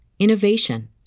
innovation